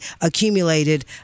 accumulated